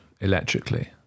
electrically